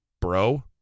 bro